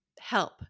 help